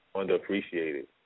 underappreciated